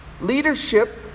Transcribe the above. Leadership